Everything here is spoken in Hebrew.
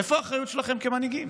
איפה האחריות שלכם כמנהיגים?